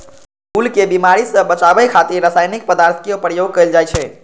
फूल कें बीमारी सं बचाबै खातिर रासायनिक पदार्थक प्रयोग कैल जाइ छै